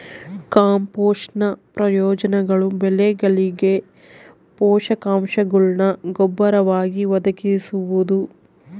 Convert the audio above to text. ಕಾಂಪೋಸ್ಟ್ನ ಪ್ರಯೋಜನಗಳು ಬೆಳೆಗಳಿಗೆ ಪೋಷಕಾಂಶಗುಳ್ನ ಗೊಬ್ಬರವಾಗಿ ಒದಗಿಸುವುದು